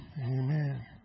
Amen